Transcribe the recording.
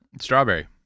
Strawberry